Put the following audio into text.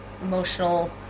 emotional